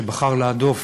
שבחר להדוף